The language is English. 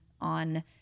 on